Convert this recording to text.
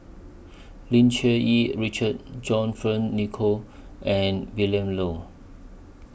Lim Cherng Yih Richard John Fearns Nicoll and Willin Low